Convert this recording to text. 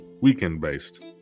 weekend-based